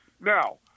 Now